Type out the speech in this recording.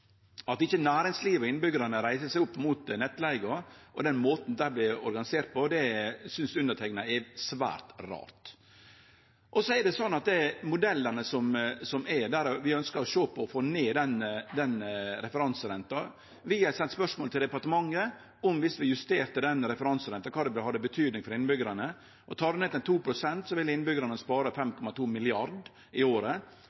At ikkje næringslivet og innbyggjarane reiser seg mot nettleiga og den måten det vert organisert på, synest underteikna er svært rart. Vi ønskjer å sjå på dei modellane som er, for å få ned referanserenta. Vi har sendt spørsmål til departementet om kva betydning det ville ha for innbyggjarane om vi justerte referanserenta. Tek ein det ned til 2 pst., vil innbyggjarane spare 5,2 mrd. kr i året.